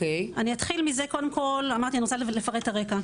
קודם כל אני רוצה לפרט את הרקע.